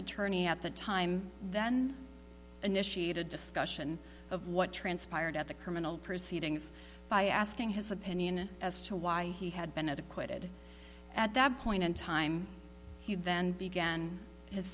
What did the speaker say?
attorney at the time then initiate a discussion of what transpired at the criminal proceedings by asking his opinion as to why he had been acquitted at that point in time he then began his